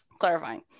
clarifying